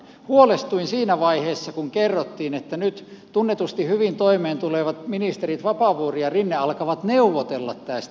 huolestuin siinä vaiheessa kun kerrottiin että nyt tunnetusti hyvin toimeen tulevat ministerit vapaavuori ja rinne alkavat neuvotella tästä